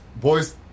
Boys